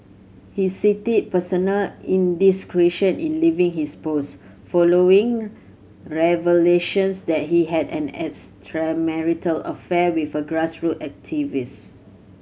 he cited personal indiscretion in leaving his post following revelations that he had an extramarital affair with a grassroot activist